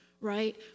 right